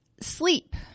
sleep